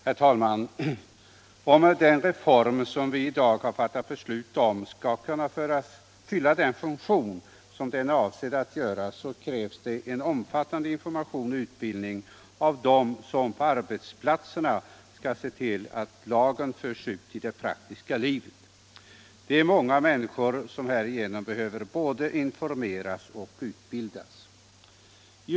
Herr talman! Om den reform, som vi i dag har fattat beslut om skall kunna fylla den funktion som avsetts, krävs en omfattande information till och utbildning av dem som på arbetsplatserna skall se till att lagen förs ut i det praktiska livet. Det är många människor som i det sammanhanget behöver både informeras och utbildas.